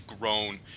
grown